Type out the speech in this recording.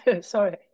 sorry